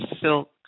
silk